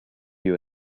you